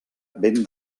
ben